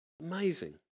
Amazing